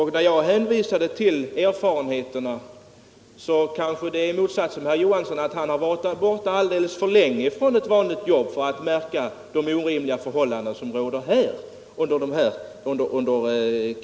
Herr Johansson tycks dock, i motsats till mig, ha varit borta alldeles för länge från ett vanligt jobb för att märka de orimliga förhållanden som råder här.